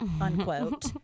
Unquote